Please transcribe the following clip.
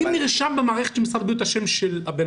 אם נרשם במערכת של משרד הבריאות השם של הבן